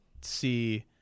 see –